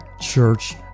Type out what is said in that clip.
church